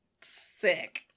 sick